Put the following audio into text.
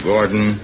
Gordon